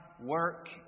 work